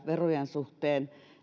verojen suhteen